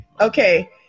Okay